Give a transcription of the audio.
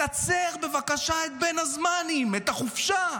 לקצר בבקשה את "בין הזמנים", את החופשה,